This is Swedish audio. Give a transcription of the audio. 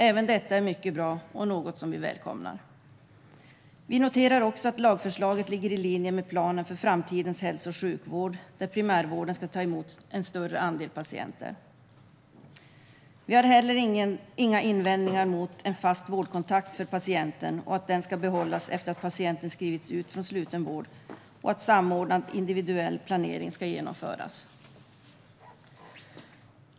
Även detta är mycket bra och något som vi välkomnar. Vi noterar också att lagförslaget ligger i linje med planen för framtidens hälso och sjukvård, där primärvården ska ta emot en större andel patienter. Vi har inte heller några invändningar mot en fast vårdkontakt för patienten och att den ska behållas efter att patienten skrivits ut från sluten vård samt att samordnad individuell planering ska genomföras.